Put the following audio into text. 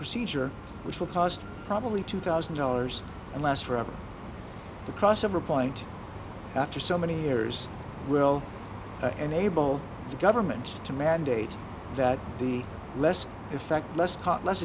procedure which will cost probably two thousand dollars and last forever the crossover point after so many years will enable the government to mandate that the less effect lescott less